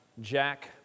Jack